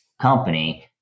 company